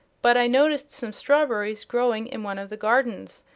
but i noticed some strawberries growing in one of the gardens,